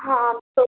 हाँ तो